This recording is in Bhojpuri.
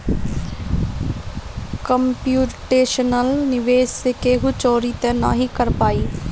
कम्प्यूटेशनल निवेश से केहू चोरी तअ नाही कर पाई